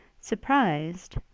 surprised